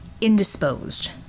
indisposed